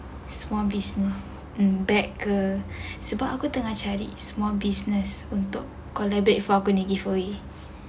small business um bag ke sebab aku tengah cari small business untuk collaborate for open a giveaway